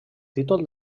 títol